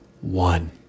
one